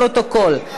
לפרוטוקול,